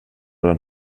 den